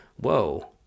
Whoa